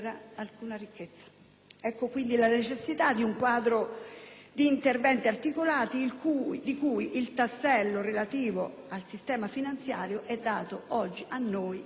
Ecco quindi la necessità di un quadro di interventi articolato, di cui il tassello relativo al sistema finanziario è dato dall'atto